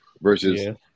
versus –